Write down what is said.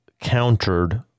countered